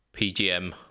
pgm